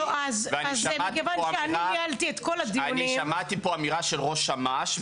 ואני שמעתי פה אמירה של ראש אמ"ש,